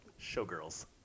Showgirls